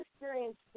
experienced